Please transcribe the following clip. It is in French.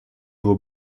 aux